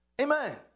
Amen